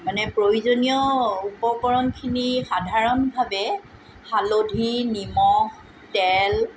মানে প্ৰয়োজনীয় উপকৰণখিনি সাধাৰণভাৱে হালধি নিমখ তেল